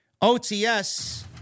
OTS